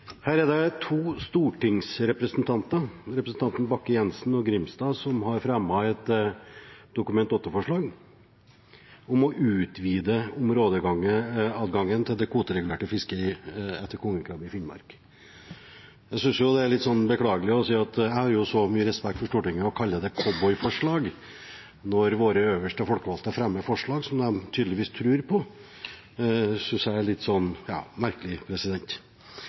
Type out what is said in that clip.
det to stortingsrepresentanter, representanten Bakke-Jensen og representanten Grimstad, som har fremmet et Dokument 8-forslag om å utvide områdeadgangen til det kvoteregulerte fisket etter kongekrabbe i Finnmark. Jeg har så mye respekt for Stortinget at å kalle det cowboy-forslag når våre øverste folkevalgte fremmer forslag som de tydeligvis tror på, synes jeg er litt